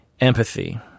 empathy